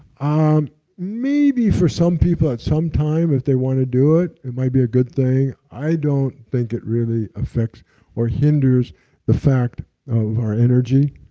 um maybe for some people at some time if they want to do it, it might be a good thing. i don't think it really affects or hinders the fact of our energy.